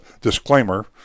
disclaimer